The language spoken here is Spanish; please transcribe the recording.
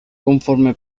conforme